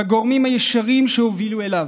בגורמים הישירים שהובילו אליו.